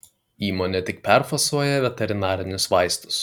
įmonė tik perfasuoja veterinarinius vaistus